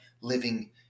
living